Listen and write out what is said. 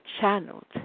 channeled